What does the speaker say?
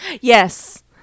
Yes